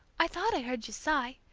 i thought i heard you sigh!